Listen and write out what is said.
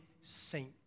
saint